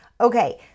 Okay